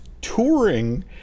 touring